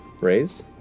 raise